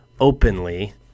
openly